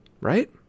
right